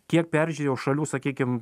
kiek peržiūrėjau šalių sakykim